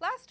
last